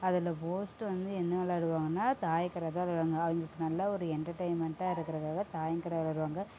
அதில் மோஸ்ட் வந்து என்ன விளையாடுவாங்கனா தாயக்கட்டை தான் விளையாடுவாங்க அவங்களுக்கு நல்ல ஒரு என்டர்டெயின்மெண்ட்டாக இருக்கிறத தாயக்கட்டை விளையாடுவாங்க